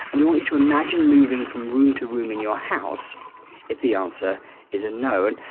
and we want you to imagine moving from room to room in your house if the answer is a no. and